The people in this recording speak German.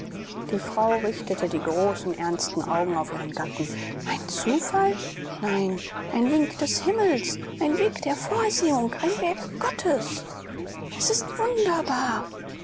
die frau richtete die großen ernsten augen auf ihren gatten ein zufall nein ein wink des himmels ein weg der vorsehung ein werk gottes es ist wunderbar